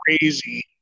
crazy